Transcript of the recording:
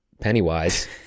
Pennywise